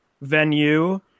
venue